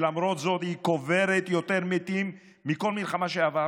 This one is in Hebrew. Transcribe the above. ולמרות זאת היא קוברת יותר מתים מבכל מלחמה שעברנו.